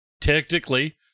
technically